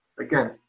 Again